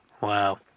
Wow